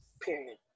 Period